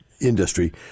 industry